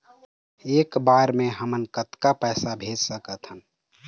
एक बर मे हमन कतका पैसा भेज सकत हन?